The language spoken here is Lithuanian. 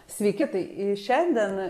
sveiki tai šiandien